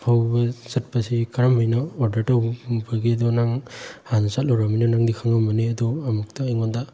ꯐꯥꯎꯕ ꯆꯠꯄꯁꯤ ꯀꯔꯝ ꯍꯥꯏꯅ ꯑꯣꯔꯗꯔ ꯇꯧꯕꯒꯤꯗꯨ ꯅꯪ ꯍꯥꯟꯅ ꯆꯠꯂꯨꯔꯃꯤꯅ ꯅꯪꯁꯗꯤ ꯈꯪꯉꯝꯃꯅꯤ ꯑꯗꯨ ꯑꯃꯨꯛꯇ ꯑꯩꯉꯣꯟꯗ